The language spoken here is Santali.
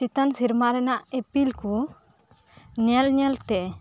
ᱪᱮᱛᱟᱱ ᱥᱮᱨᱢᱟ ᱨᱮᱱᱟᱜ ᱤᱯᱤᱞ ᱠᱩ ᱧᱮᱞ ᱧᱮᱞ ᱛᱮ